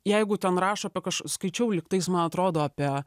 jeigu ten rašo apie kaž skaičiau lygtais man atrodo apie